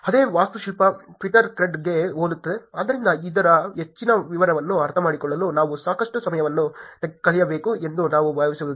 ಅದೇ ವಾಸ್ತುಶಿಲ್ಪ ಟ್ವೀಟ್ಕ್ರೆಡ್ಗೆ ಹೋಲುತ್ತದೆ ಆದ್ದರಿಂದ ಇದರ ಹೆಚ್ಚಿನ ವಿವರಗಳನ್ನು ಅರ್ಥಮಾಡಿಕೊಳ್ಳಲು ನಾವು ಸಾಕಷ್ಟು ಸಮಯವನ್ನು ಕಳೆಯಬೇಕು ಎಂದು ನಾನು ಭಾವಿಸುವುದಿಲ್ಲ